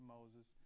Moses